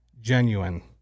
genuine